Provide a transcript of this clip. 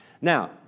Now